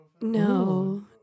No